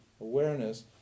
awareness